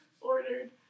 ordered